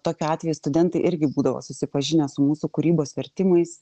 tokiu atveju studentai irgi būdavo susipažinę su mūsų kūrybos vertimais